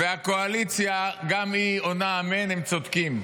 והקואליציה גם היא עונה אמן, הם צודקים.